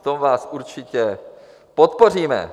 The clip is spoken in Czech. V tom vás určitě podpoříme!